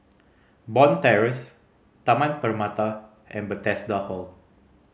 Bond Terrace Taman Permata and Bethesda Hall